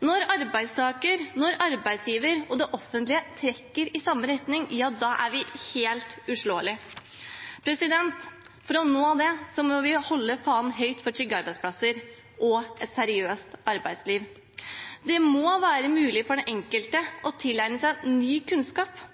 Når arbeidstaker, arbeidsgiver og det offentlige trekker i samme retning, er vi helt uslåelige. For å nå dette må vi holde fanen høyt for trygge arbeidsplasser og et seriøst arbeidsliv. Det må være mulig for den enkelte å tilegne seg ny kunnskap,